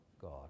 God